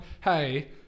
hey